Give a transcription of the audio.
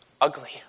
ugly